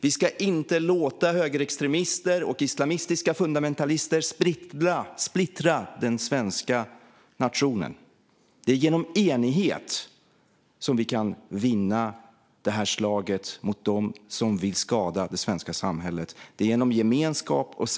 Vi ska inte låta högerextremister och islamistiska fundamentalister splittra den svenska nationen. Det är genom enighet och genom gemenskap och samling som vi kan vinna slaget mot dem som vill skada det svenska samhället.